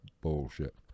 bullshit